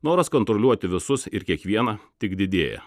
noras kontroliuoti visus ir kiekvieną tik didėja